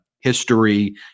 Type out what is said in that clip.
history